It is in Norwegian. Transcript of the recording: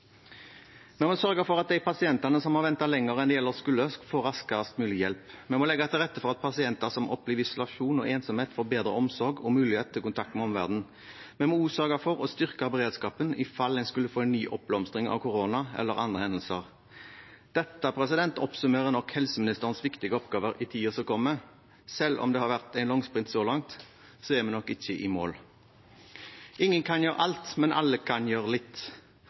må sørge for at de pasientene som har ventet lenger enn de ellers skulle, får raskest mulig hjelp. Vi må legge til rette for at pasienter som opplever isolasjon og ensomhet, får bedre omsorg og mulighet til kontakt med omverdenen. Vi må også sørge for å styrke beredskapen i fall en skulle få en ny oppblomstring av korona eller andre hendelser. Dette oppsummerer nok helseministerens viktige oppgaver i tiden som kommer. Selv om det har vært en langsprint så langt, er vi nok ikke i mål. Ingen kan gjøre alt, men alle kan gjøre litt.